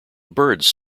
birds